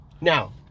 Now